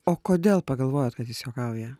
o kodėl pagalvojot kad jis juokauja